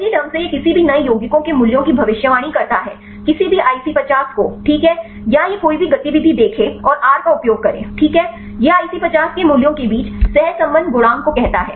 सही ढंग से यह किसी भी नए यौगिकों के मूल्यों की भविष्यवाणी करता है किसी भी IC50 को ठीक है या यह कोई भी गतिविधि देखें और r का उपयोग करें ठीक है यह IC50 के मूल्यों के बीच सहसंबंध गुणांक को कहता है